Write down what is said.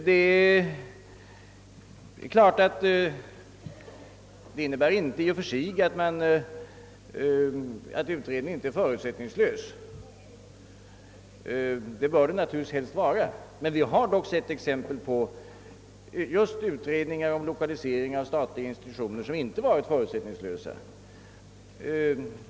Detta innebär att utredningen i och för sig kanske inte är förutsättningslös, vilket den helst bör vara, men vi har dock sett exempel på att just utredningar om lokalisering av statliga institutioner inte varit förutsättningslösa.